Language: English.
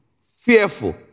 fearful